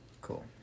Cool